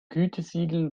gütesiegeln